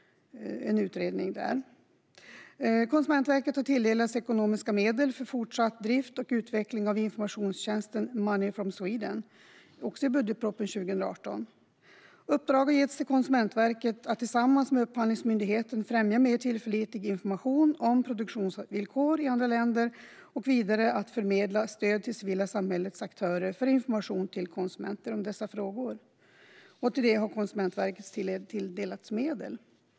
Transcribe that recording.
Konsumentverket har tilldelats ekonomiska medel för fortsatt drift och utveckling av informationstjänsten Money from Sweden. Det finns i budgetpropositionen för 2018. Uppdrag har getts till Konsumentverket att tillsammans med Upphandlingsmyndigheten främja mer tillförlitlig information om produktionsvillkor i andra länder och vidare att förmedla stöd till det civila samhällets aktörer för information till konsumenter om dessa frågor. Till det har Konsumentverket tilldelats medel.